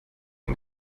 dem